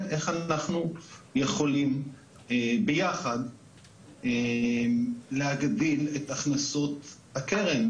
איך אנחנו יכולים ביחד להגדיל את הכנסות הקרן,